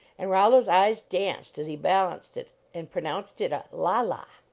and rollo s eyes danced as he balanced it and pronounced it a la-la.